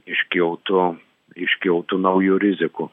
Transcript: iškiltų iškiltų naujų rizikų